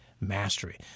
mastery